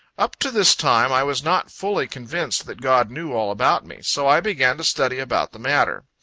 up to this time, i was not fully convinced that god knew all about me. so i began to study about the matter.